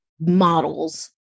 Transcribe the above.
models